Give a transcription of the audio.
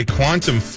Quantum